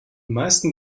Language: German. meisten